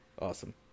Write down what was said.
Awesome